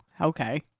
Okay